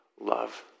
love